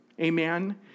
Amen